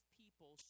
people